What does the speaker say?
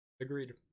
Agreed